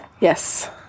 Yes